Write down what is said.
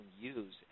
use